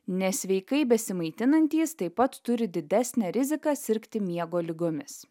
nesveikai besimaitinantys taip pat turi didesnę riziką sirgti miego ligomis